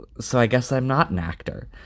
so i guess i'm not an actor.